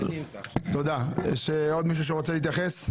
יש עוד מישהו שרוצה להתייחס?